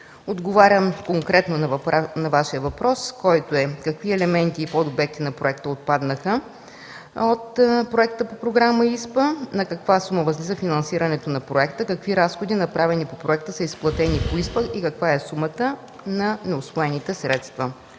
отговарям конкретно на Вашия въпрос, който е: какви елементи и подобекти отпаднаха от проекта по Програма ИСПА? На каква сума възлиза финансирането на проекта? Какви разходи, направени по проекта, са изплатени по ИСПА и каква е сумата на неусвоените средства?